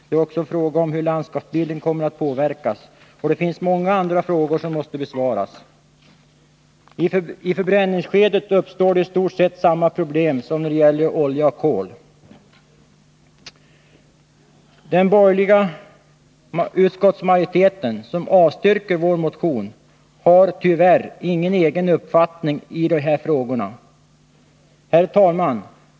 Det är också en fråga om hur landskapsbilden kommer att påverkas, och det finns många andra frågor som måste besvaras. I förbränningsskedet uppstår det i stort sett samma problem som när det gäller olja och kol. Den borgerliga utskottsmajoriteten, som avstyrker vår motion, har tyvärr ingen egen uppfattning i de här frågorna. Herr talman!